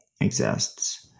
exists